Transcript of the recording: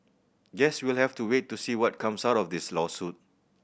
guess we'll have to wait to see what comes out of this lawsuit